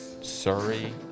Surrey